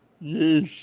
Yes